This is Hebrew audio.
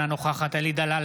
אינה נוכחת אלי דלל,